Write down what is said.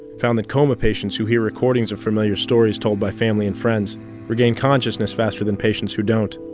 found that coma patients who hear recordings of familiar stories told by family and friends regain consciousness faster than patients who don't.